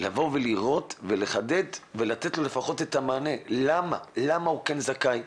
לראות ולחדד ולתת לפחות את המענה למה הוא כן זכאי,